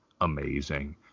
amazing